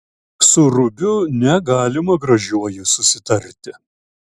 su rubiu negalima gražiuoju susitarti